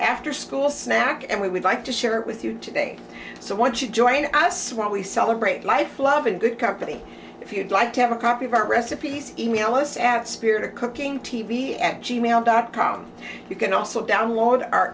after school snack and we would like to share it with you today so once you join us when we celebrate life love and good company if you'd like to have a copy of our recipes email us at spirit of cooking t v at g mail dot com you can also download